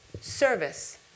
service